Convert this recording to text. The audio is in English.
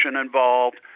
involved